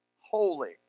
Holy